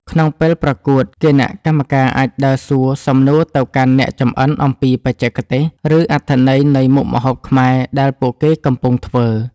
ក្នុងពេលប្រកួត គណៈកម្មការអាចដើរសួរសំណួរទៅកាន់អ្នកចម្អិនអំពីបច្ចេកទេស ឬអត្ថន័យនៃមុខម្ហូបខ្មែរដែលពួកគេកំពុងធ្វើ។